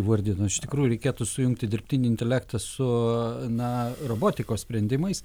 įvardino iš tikrųjų reikėtų sujungti dirbtinį intelektą su na robotikos sprendimais